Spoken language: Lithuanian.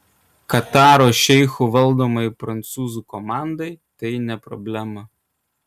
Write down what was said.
kataro šeichų valdomai prancūzų komandai tai ne problema